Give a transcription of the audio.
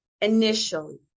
initially